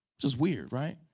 which is weird, right?